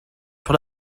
sur